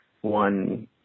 one